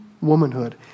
womanhood